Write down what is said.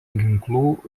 ginklų